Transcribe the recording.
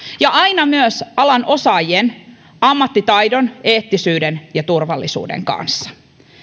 ja aina myös alan osaajien ammattitaidon eettisyyden ja turvallisuuden kanssa